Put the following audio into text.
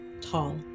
tall